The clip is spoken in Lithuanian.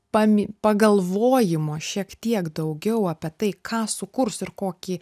pami pagalvojimo šiek tiek daugiau apie tai ką sukurs ir kokį